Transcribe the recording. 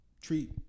treat